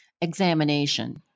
examination